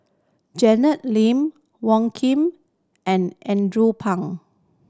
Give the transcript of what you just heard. Janet Lim Wong Keen and Andrew Phang